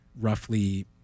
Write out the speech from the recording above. roughly